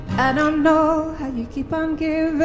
i don't know how you keep on giving.